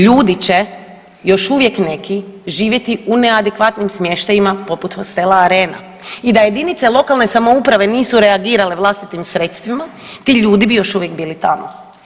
Ljudi će još uvijek neki živjeti u neadekvatnim smještajima poput hostela Arena i da jedinice lokalne samouprave nisu reagirale vlastitim sredstvima ti ljudi bi još uvijek bili tamo.